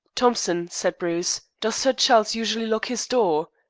thompson, said bruce, does sir charles usually lock his door?